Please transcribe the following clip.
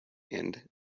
and